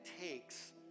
takes